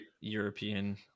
European